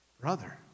Brother